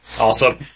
Awesome